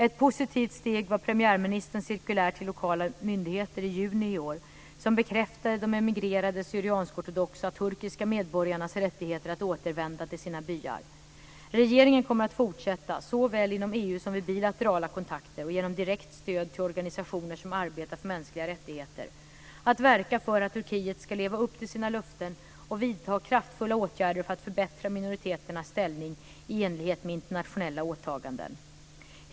Ett positivt steg var premiärministerns cirkulär till lokala myndigheter i juni i år, som bekräftade de emigrerade syriansk-ortodoxa turkiska medborgarnas rättigheter att återvända till sina byar. Regeringen kommer att fortsätta, såväl inom EU som vid bilaterala kontakter och genom direkt stöd till organisationer som arbetar för mänskliga rättigheter, att verka för att Turkiet ska leva upp till sina löften och vidta kraftfulla åtgärder för att förbättra minoriteternas ställning i enlighet med internationella åtaganden.